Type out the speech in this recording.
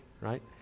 right